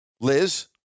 Liz